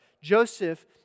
Joseph